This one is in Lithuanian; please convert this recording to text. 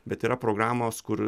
bet yra programos kur